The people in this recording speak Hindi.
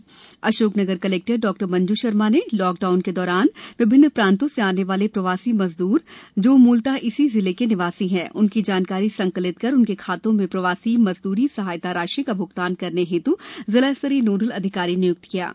उधर अशोकनगर कलेक्टर डॉ मंजू शर्मा ने लॉकडाउन के दौरान विभिन्न प्रांतों से आने वाले प्रवासी मजदूरों जो मूलत इसी जिले के निवासी हैं उनकी जानकारी संकलित कर उनके खातों में प्रवासी मजद्री सहायता राशि का भ्गतान करने हेत् जिला स्तरीय नोडल अधिकारी निय्क्त किया है